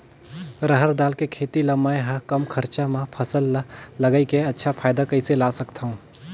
रहर दाल के खेती ला मै ह कम खरचा मा फसल ला लगई के अच्छा फायदा कइसे ला सकथव?